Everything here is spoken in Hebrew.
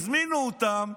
הזמינו אותם,